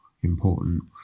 important